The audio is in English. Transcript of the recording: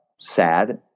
sad